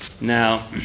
Now